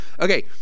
Okay